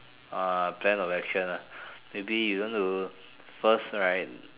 uh plan of action ah maybe you want to first right